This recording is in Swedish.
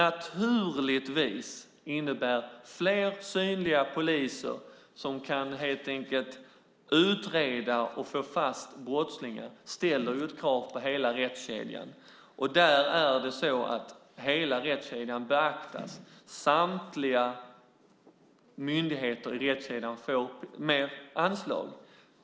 Att det blir fler synliga poliser som kan utreda och få fast brottslingar innebär naturligtvis att det ställs krav på hela rättskedjan. Hela rättskedjan beaktas. Samtliga myndigheter i rättskedjan får större anslag.